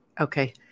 Okay